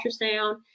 ultrasound